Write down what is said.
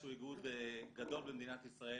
שהוא איגוד גדול במדינת ישראל,